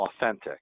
authentic